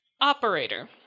Operator